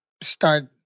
start